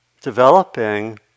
developing